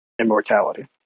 immortality